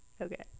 Okay